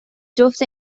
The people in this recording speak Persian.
جفت